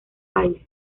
país